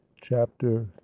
Chapter